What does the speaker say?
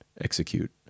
execute